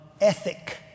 ethic